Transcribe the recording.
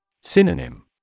Synonym